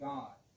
God